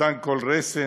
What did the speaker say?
אובדן כל רסן,